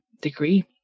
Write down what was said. degree